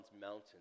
mountains